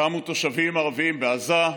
קמו תושבים ערבים בעזה,